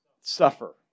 suffer